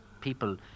people